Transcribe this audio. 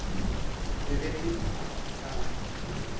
जैसे कि हाँ